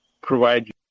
provide